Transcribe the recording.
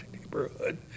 neighborhood